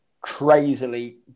crazily